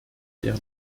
der